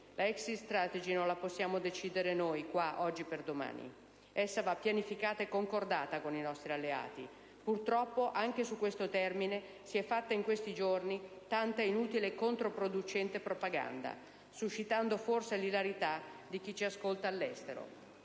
la *exit strategy* non la possiamo decidere noi, qua, oggi per domani: essa va pianificata e concordata con i nostri alleati. Purtroppo, anche su questo si è fatta in questi giorni tanta inutile e controproducente propaganda, suscitando forse l'ilarità di chi ci ascolta all'estero